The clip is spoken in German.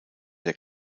der